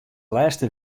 lêste